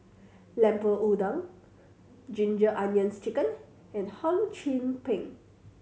Lemper Udang Ginger Onions Chicken and Hum Chim Peng